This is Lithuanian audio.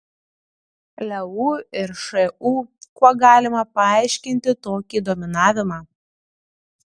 leu ir šu kuo galima paaiškinti tokį dominavimą